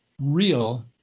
real